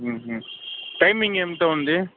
timing ఎంత ఉంది